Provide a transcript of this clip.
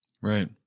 Right